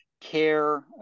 Care